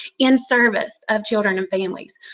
in service of children and families.